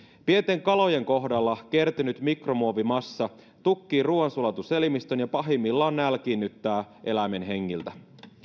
pienten kalojen kohdalla kertynyt mikromuovimassa tukkii ruuansulatuselimistön ja pahimmillaan nälkiinnyttää eläimen hengiltä